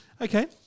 okay